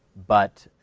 but